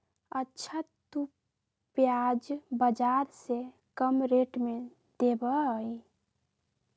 अच्छा तु प्याज बाजार से कम रेट में देबअ?